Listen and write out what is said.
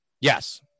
Yes